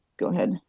go ahead.